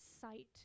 sight